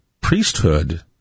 priesthood